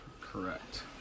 Correct